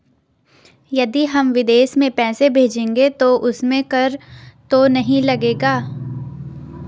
यदि हम विदेश में पैसे भेजेंगे तो उसमें कर तो नहीं लगेगा?